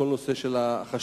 כל נושא החשמל.